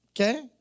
Okay